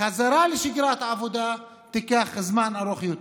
החזרה לשגרת עבודה תיקח זמן רב יותר.